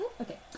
Okay